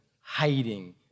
hiding